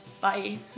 Bye